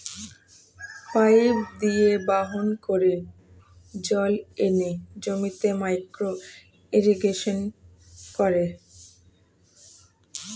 pipe দিয়ে বাহন করে জল এনে জমিতে মাইক্রো ইরিগেশন করে